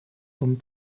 vom